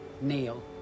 Neil